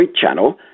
channel